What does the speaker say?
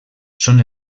són